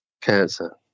Cancer